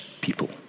people